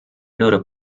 loro